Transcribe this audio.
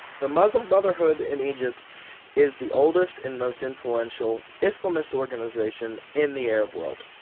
the muslim brotherhood in egypt is the oldest and most influential islamist organisation in the arab world.